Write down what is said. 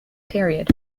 period